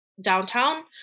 downtown